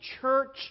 church